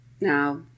now